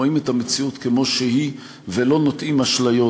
רואים את המציאות כמו שהיא ולא נוטעים אשליות.